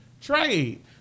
Trade